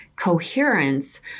coherence